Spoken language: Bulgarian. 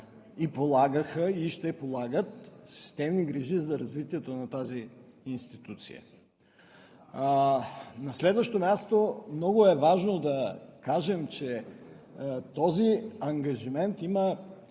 полагат и ще полагат системни грижи за развитието на тази институция. На следващо място, много е важно да кажем, че този ангажимент има